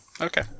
Okay